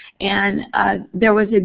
and there was ah